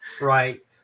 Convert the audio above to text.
right